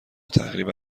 تقریبا